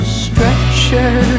stretcher